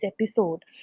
episode